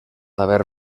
haver